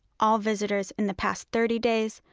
all visitors in the past thirty days,